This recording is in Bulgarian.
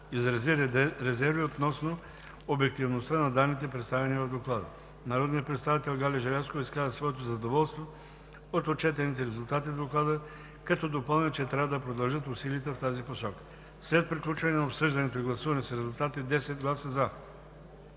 изрази резерви относно обективността на данните, представени в Доклада. Народният представител Галя Желязкова изказа своето задоволство от отчетените резултати в Доклада, като допълни, че трябва да продължат усилията в тази посока. След приключване на обсъждането и гласуване с резултати: 10 гласа „за“,